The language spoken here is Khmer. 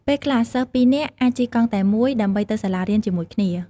ពេលខ្លះសិស្សពីរនាក់អាចជិះកង់តែមួយដើម្បីទៅសាលារៀនជាមួយគ្នា។